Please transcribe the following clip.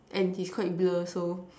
and he's quite blur so